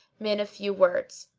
men of few words.